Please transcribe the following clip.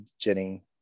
Jenny